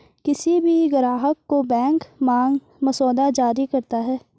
किसी भी ग्राहक को बैंक मांग मसौदा जारी करता है